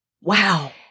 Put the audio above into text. Wow